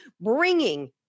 bringing